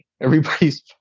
Everybody's